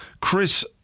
Chris